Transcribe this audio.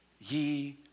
ye